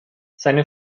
seine